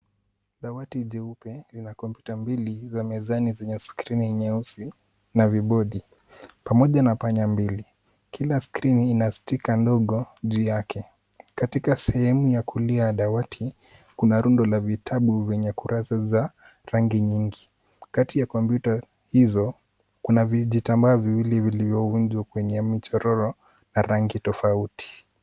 Dawati jeupe lina kompyuta mbili za mezani zenye zina skrini nyeusi na vibodi pamoja na panya mbili. Kila skrini ina sticker ndogo juu yake. Katika sehemu ya kulia ya dawati, kuna rundo la vitabu lenye kurasa za rangi nyingi, kati ya kompyuta hizo, kuna vijitambaa viwili vilivyoundwa kwenye michororo na rangi tofauti